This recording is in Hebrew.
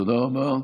תודה רבה.